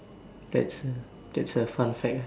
that's that's a fun fact ah